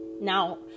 now